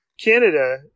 Canada